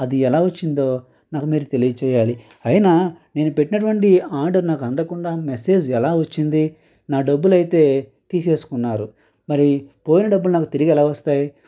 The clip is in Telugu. అది ఎలా వచ్చిందో నాకు మీరు తెలియచేయాలి ఆయినా నేను పెట్టినటువంటి ఆర్డర్ నాకు అందుకుండా మెసేజ్ ఎలా వచ్చింది నా డబ్బులు అయితే తీసేసుకున్నారు మరి పోయిన డబ్బులు నాకు తిరిగి ఎలా వస్తాయి